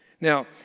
Now